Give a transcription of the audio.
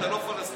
אתה לא פלסטיני?